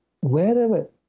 wherever